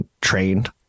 trained